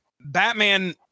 batman